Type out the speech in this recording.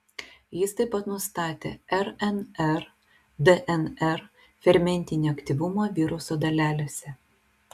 jis taip pat nustatė rnr dnr fermentinį aktyvumą viruso dalelėse